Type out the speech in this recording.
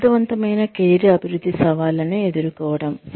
సమర్థవంతమైన కెరీర్ అభివృద్ధి సవాళ్లను ఎదుర్కోవడం